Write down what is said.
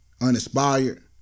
uninspired